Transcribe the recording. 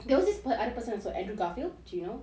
there was this other person also andrew garfield you know